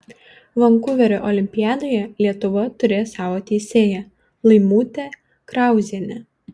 vankuverio olimpiadoje lietuva turės savo teisėją laimutę krauzienę